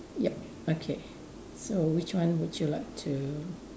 yup okay so which one would you like to